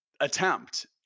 attempt